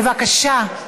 בבקשה.